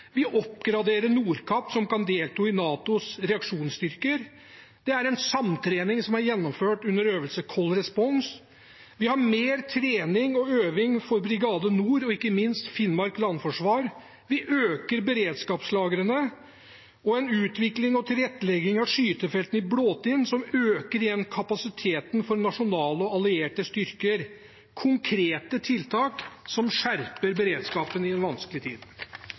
Vi oppgraderer KV «Nordkapp», som kan delta i NATOs reaksjonsstyrker. Det er en samtrening som er gjennomført under øvelse Cold Response. Vi har mer trening og øving for Brigade Nord, og ikke minst Finnmark landforsvar. Vi øker beredskapslagrene og foretar en utvikling og tilrettelegging av Blåtind skytefelt, som igjen øker kapasiteten for nasjonale og allierte styrker – konkrete tiltak som skjerper beredskapen i en vanskelig tid.